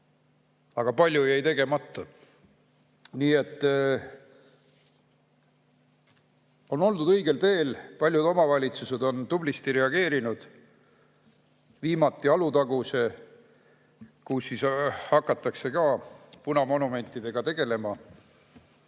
Aga palju jäi tegemata. On oldud õigel teel, paljud omavalitsused on tublisti reageerinud. Viimati Alutaguse, kus hakatakse ka punamonumentidega tegelema.